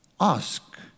ask